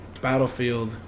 Battlefield